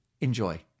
Enjoy